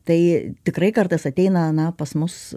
tai tikrai kartais ateina na pas mus